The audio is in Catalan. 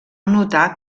notar